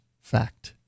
fact